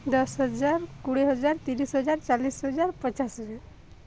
ଦଶ ହଜାର କୋଡ଼ିଏ ହଜାର ତିରିଶି ହଜାର ଚାଳିଶି ହଜାର ପଚାଶ ହଜାର